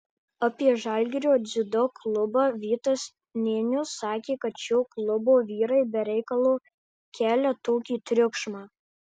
apie žalgirio dziudo klubą vytas nėnius sakė kad šio klubo vyrai be reikalo kelia tokį triukšmą